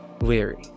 weary